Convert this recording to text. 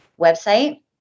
website